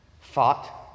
fought